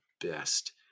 best